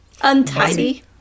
Untidy